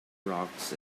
rocks